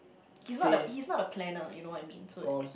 he's not the he's not the planner you know what I mean so